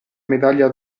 medaglia